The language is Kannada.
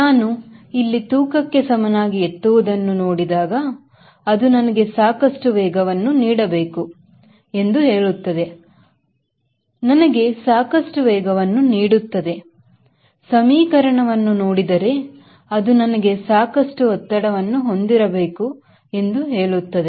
ನಾನು ಇಲ್ಲಿ ತೂಕಕ್ಕೆ ಸಮನಾಗಿ ಎತ್ತುವುದನ್ನು ನೋಡಿದಾಗ ಅದು ನನಗೆ ಸಾಕಷ್ಟು ವೇಗವನ್ನು ನೀಡಬೇಕು ಎಂದು ಹೇಳುತ್ತದೆಅದು ನನಗೆ ಸಾಕಷ್ಟು ವೇಗವನ್ನು ನೀಡುತ್ತದೆ ಸಮೀಕರಣವನ್ನು ನೋಡಿದರೆ ಅದು ನನಗೆ ಸಾಕಷ್ಟು ಒತ್ತಡವನ್ನು ಹೊಂದಿರಬೇಕು ಎಂದು ಹೇಳುತ್ತದೆ